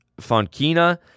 Fonkina